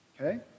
Okay